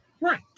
right